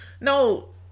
No